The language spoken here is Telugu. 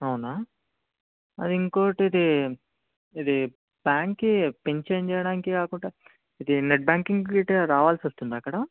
అవునా అది ఇంకోటి ఇది ప్యాన్కి పిన్ చేంజ్ చేయడానికి కాకుండా ఇది నెట్ బ్యాంకింగ్కి గిట్లా రావాల్సి వస్తుందా అక్కడ